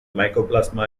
mycoplasma